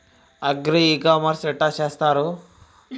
Agri e commerce ఎట్ల చేస్తరు?